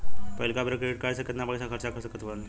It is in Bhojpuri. पहिलका बेर क्रेडिट कार्ड से केतना पईसा खर्चा कर सकत बानी?